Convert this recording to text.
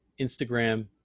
Instagram